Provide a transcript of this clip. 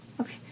Okay